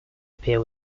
appear